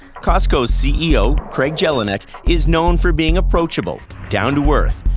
costco's ceo, craig jelinek, is known for being approachable, down to earth.